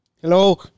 Hello